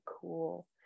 cool